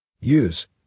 Use